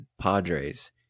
Padres